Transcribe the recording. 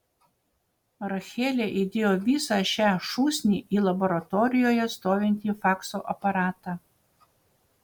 rachelė įdėjo visą šią šūsnį į laboratorijoje stovintį fakso aparatą